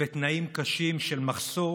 בתנאים קשים של מחסור